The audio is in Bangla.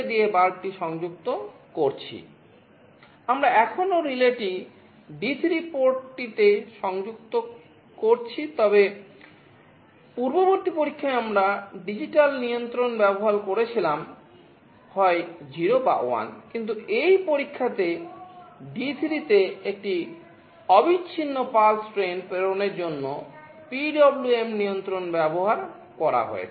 দ্বিতীয় পরীক্ষায় আসছি ইন্টারফেস প্রেরণের জন্য PWM নিয়ন্ত্রণ ব্যবহার করা হয়েছে